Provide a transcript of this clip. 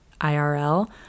IRL